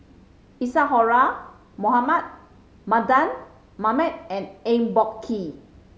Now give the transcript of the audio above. Isadhora Mohamed Mardan Mamat and Eng Boh Kee